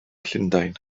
llundain